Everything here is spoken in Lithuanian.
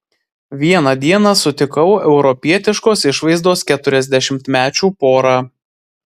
vieną dieną sutikau europietiškos išvaizdos keturiasdešimtmečių porą